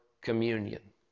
communion